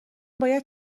باید